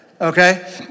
okay